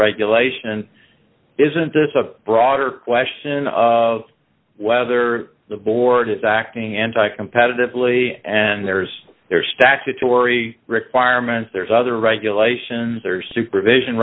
regulation isn't this a broader question of whether the board is acting anti competitive lee and there's there's statutory requirements there's other regulations or supervision